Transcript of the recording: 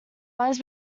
lines